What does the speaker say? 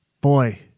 boy